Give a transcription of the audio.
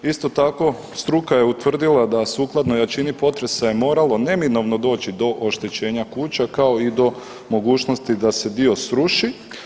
Isto tako struka je utvrdila da sukladno jačini potresa je moralo neminovno doći do oštećenja kuća kao i do mogućnosti da se dio sruši.